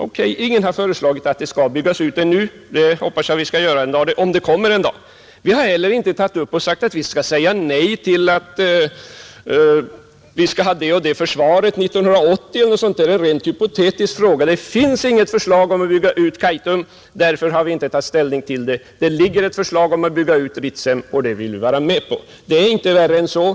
Ingen har ännu föreslagit att det skall byggas ut, men om ett förslag en dag kommer och ser ut så som Vattenfall nu föreslår, hoppas jag att vi skall säga nej. Vi har t.ex. inte på det här stadiet sagt nej till det eller det försvarsalternativet 1980. Det är en rent hypotetisk fråga. Det finns inget förslag om att bygga ut Kaitum, och därför har vi inte heller tagit ställning därtill, men det finns ett förslag om att bygga ut Ritsem, och det vill vi vara med på. Det är inte svårare att förstå än så.